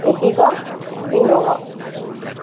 Ertiga Innova